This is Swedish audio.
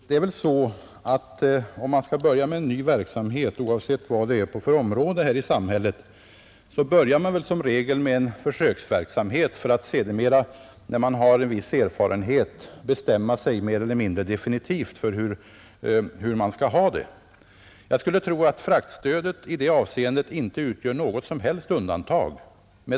Fru talman! Om man vill börja med en ny verksamhet, oavsett vad det är på för område här i samhället, börjar man som regel med en försöksverksamhet för att sedermera, när man har en viss erfarenhet, bestämma sig mer eller mindre definitivt för hur man skall ha det. Jag skulle inte tro att fraktstödet i det avseendet utgör något undantag.